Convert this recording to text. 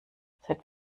seit